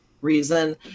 reason